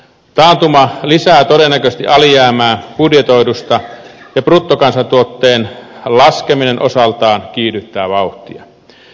taantuma lisää todennäköisesti alijäämää budjetoidusta ja bruttokansantuotteen laskeminen osaltaan kiihdyttää vauhtia